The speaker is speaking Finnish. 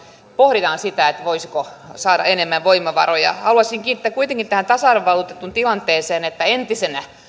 pohditaan sitä voisiko myöskin etno saada enemmän voimavaroja haluaisin kiinnittää huomiota kuitenkin tähän tasa arvovaltuutetun tilanteeseen entisenä